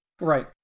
Right